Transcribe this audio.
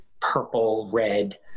purple-red